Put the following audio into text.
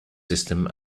system